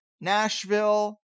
Nashville